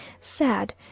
sad